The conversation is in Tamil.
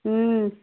ம்